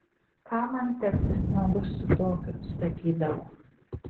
kam man teptis nagus su tokiu sakydavo